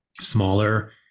smaller